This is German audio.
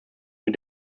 mit